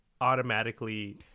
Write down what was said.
automatically